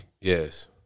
Yes